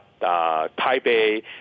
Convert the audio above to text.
Taipei